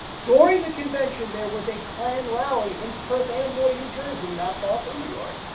during the convention, there was a clan rally in perth amboy new jersey, not far from new york,